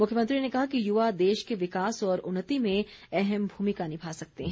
मुख्यमंत्री ने कहा कि युवा देश के विकास और उन्नति में अहम भूमिका निभा सकते हैं